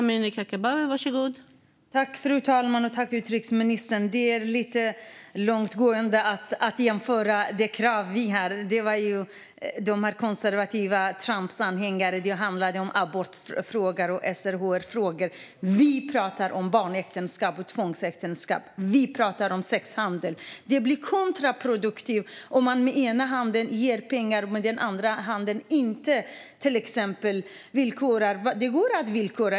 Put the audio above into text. Fru talman! Det är att gå lite långt att jämföra de krav som vi har med kraven från konservativa Trumpanhängare, där det handlade om abortfrågor och SRHR-frågor. Vi pratar om barnäktenskap och tvångsäktenskap, och vi pratar om sexhandel. Det blir kontraproduktivt om man å ena sidan ger pengar och å andra sidan inte villkorar dem. Det går att villkora dem.